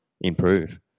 improve